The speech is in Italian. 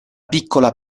piccola